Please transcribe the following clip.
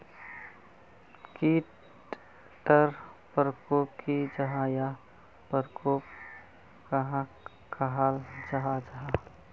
कीट टर परकोप की जाहा या परकोप कहाक कहाल जाहा जाहा?